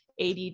ADD